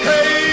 Hey